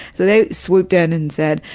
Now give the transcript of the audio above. so they swooped in and said,